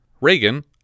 Reagan